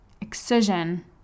Excision